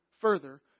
further